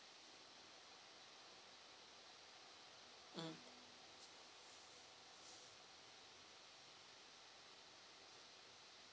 mm